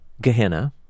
Gehenna